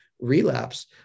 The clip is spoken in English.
relapse